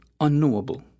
unknowable